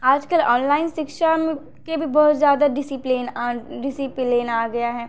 आजकल ऑनलाइन शिक्षा में के भी बहुत ज़्यादा डिसीप्लेन डिसीप्लेन आ गया है